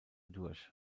durch